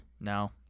No